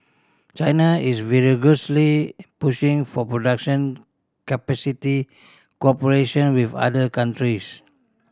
China is vigorously pushing for production capacity cooperation with other countries